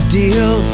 deal